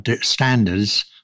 standards